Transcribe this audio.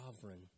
sovereign